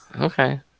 Okay